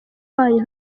wanyu